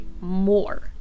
more